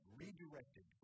redirected